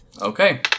Okay